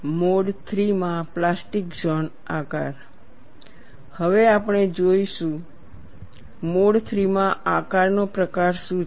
mode III માં plastic zone આકાર હવે આપણે જઈને જોઈશું મોડ III માં આકારનો પ્રકાર શું છે